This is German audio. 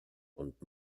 und